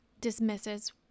dismisses